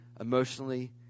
emotionally